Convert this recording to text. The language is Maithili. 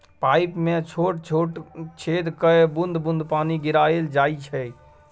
पाइप मे छोट छोट छेद कए बुंद बुंद पानि गिराएल जाइ छै